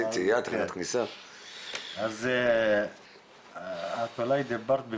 ראינו את החסר באופן כללי וזה מביא אותנו